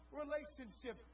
relationship